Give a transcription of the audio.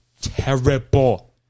terrible